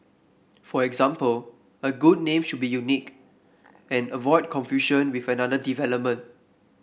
for example a good name should be unique and avoid confusion with another development